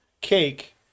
cake